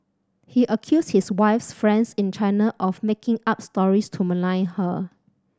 he accused his wife's friends in China of making up stories to malign her